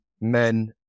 men